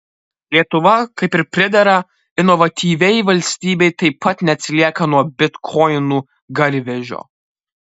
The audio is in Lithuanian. lietuva kaip ir pridera inovatyviai valstybei taip pat neatsilieka nuo bitkoinų garvežio